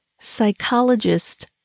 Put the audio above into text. Psychologist